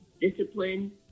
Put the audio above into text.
discipline